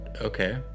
Okay